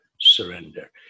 surrender